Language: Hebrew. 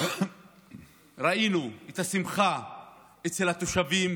ראינו את השמחה אצל התושבים,